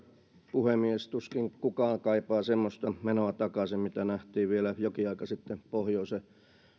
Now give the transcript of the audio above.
puhemies tuskin kukaan kaipaa semmoista menoa takaisin mitä nähtiin vielä jokin aika sitten pohjoisen